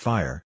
Fire